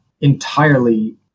entirely